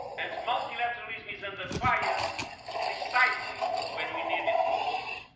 and multilateralism is under fire precisely when we need it most.